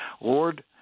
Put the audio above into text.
Lord